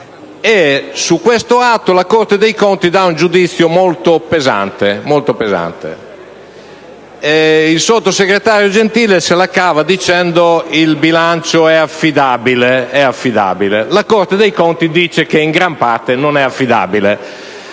Su questo atto la Corte dei conti esprime un giudizio molto pesante. Il sottosegretario Gentile se la cava dicendo che il bilancio è affidabile; la Corte dei conti sostiene che in gran parte non lo